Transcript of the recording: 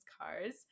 cars